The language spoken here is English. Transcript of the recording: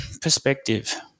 perspective